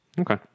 Okay